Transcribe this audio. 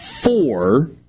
four